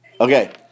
Okay